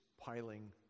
piling